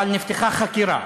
אבל נפתחה חקירה.